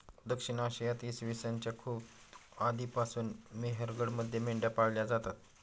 दक्षिण आशियात इसवी सन च्या खूप आधीपासून मेहरगडमध्ये मेंढ्या पाळल्या जात असत